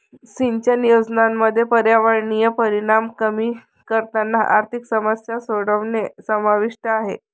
सिंचन योजनांमध्ये पर्यावरणीय परिणाम कमी करताना आर्थिक समस्या सोडवणे समाविष्ट आहे